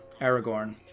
Aragorn